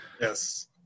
Yes